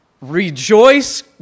Rejoice